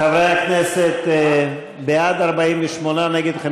חברי הכנסת, בעד, 48, נגד, 57,